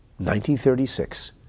1936